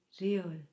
real